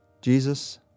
Jesus